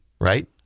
right